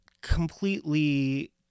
completely